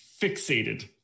fixated